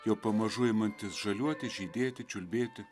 jau pamažu imantis žaliuoti žydėti čiulbėti